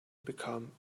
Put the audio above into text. become